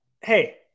Hey